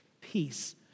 peace